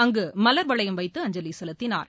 அங்கு மவர்வளையம் வைத்து அஞ்சலி செலுத்தினார்